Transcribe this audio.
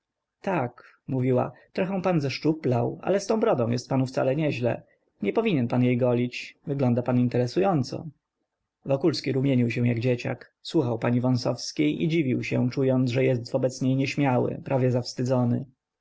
tak mówiła trochę pan zeszczuplał ale z tą brodą jest panu wcale nieźle nie powinien pan jej golić wygląda pan interesująco wokulski rumienił się jak dzieciak słuchał pani wąsowskiej i dziwił się czując że jest wobec niej nieśmiały prawie zawstydzony